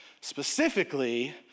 specifically